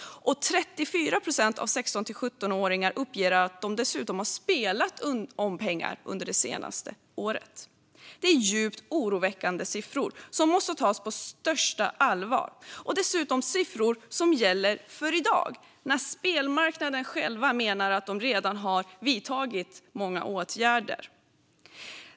Dessutom uppger 34 procent av 16-17-åringarna att de har spelat om pengar under det senaste året. Det är djupt oroväckande siffror som måste tas på största allvar. Det är dessutom siffror som gäller i dag, när spelmarknaden själv menar att man redan har vidtagit många åtgärder.